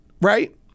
right